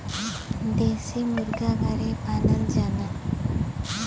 देसी मुरगा घरे पालल जाला